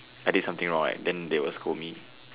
I did something wrong right then they will scold me